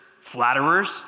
flatterers